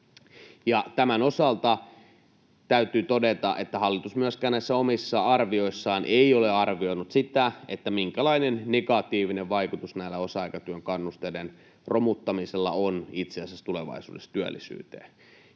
tämän osalta täytyy todeta, ettei hallitus myöskään näissä omissa arvioissaan ole arvioinut sitä, minkälainen negatiivinen vaikutus näiden osa-aikatyön kannusteiden romuttamisella itse asiassa on tulevaisuudessa työllisyyteen